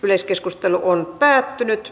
yleiskeskustelu on päättynyt